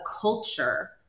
culture